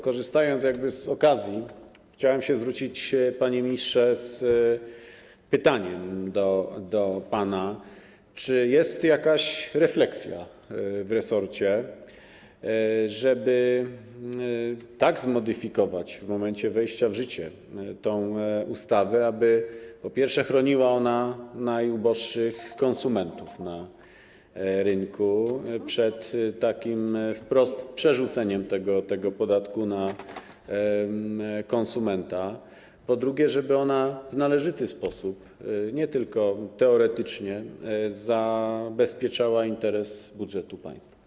Korzystając z okazji, chciałbym się zwrócić, panie ministrze, z pytaniem do pana: Czy jest jakaś refleksja w resorcie, żeby tak zmodyfikować tę ustawę, aby w momencie wejścia w życie, po pierwsze, chroniła najuboższych konsumentów na rynku przed takim wprost przerzuceniem tego podatku na konsumenta, a po drugie, żeby w należyty sposób, a nie tylko teoretycznie, zabezpieczała interes budżetu państwa?